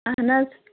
اَہَن حظ